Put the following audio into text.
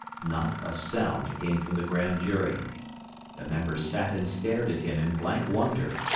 not a sound came from the grand jury the members sat and stared at him in blank wonder,